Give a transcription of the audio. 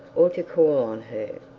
or to call on her.